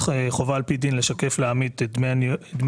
חובה על פי דין לשקף לעמית את דמי הניהול,